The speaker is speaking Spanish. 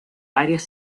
varias